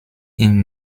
ihn